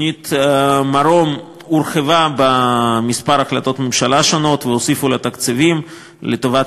תוכנית "מרום" הורחבה בכמה החלטות ממשלה והוסיפו לה תקציבים לטובת